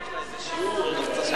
מי אמר שש"ס לא מלמדים ליבה?